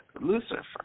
Lucifer